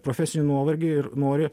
profesinį nuovargį ir nori